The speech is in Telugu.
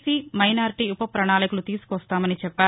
సి మైనార్టీ ఉపపణాళికలు తీసుకొస్తామని చెప్పారు